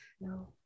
no